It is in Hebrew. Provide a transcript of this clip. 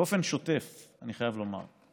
באופן שוטף, אני חייב לומר,